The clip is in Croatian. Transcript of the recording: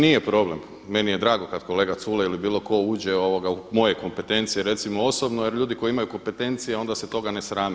Nije problem, meni je drago kada kolega Culej ili bilo ko uđe u moje kompetencije recimo osobno jer ljudi koji imaju kompetencije onda se toga ne srame.